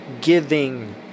giving